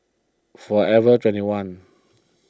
forever twenty one